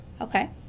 Okay